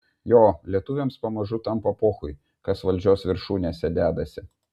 jo lietuviams pamažu tampa pochui kas valdžios viršūnėse dedasi